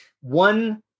one